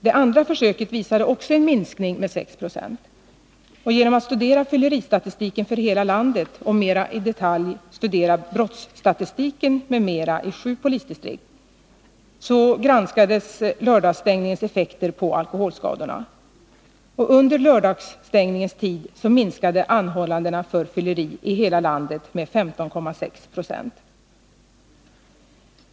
Det andra försöket visade också en minskning med 6 70. Genom att studera fylleristatistiken för hela landet och mera i detalj studera brottsstatistiken m.m. i sju polisdistrikt granskade man lördagsstängningens effekter på alkoholskadorna. Under lördagsstängningens tid minskade anhållandena för fylleri i hela landet med 15,6 9.